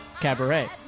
Cabaret